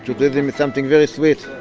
judaism is something very sweet,